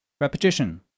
Repetition